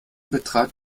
betrat